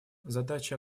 задача